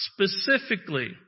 specifically